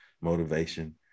motivation